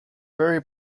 very